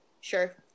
Sure